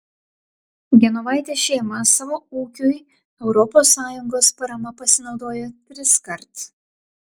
genovaitės šeima savo ūkiui europos sąjungos parama pasinaudojo triskart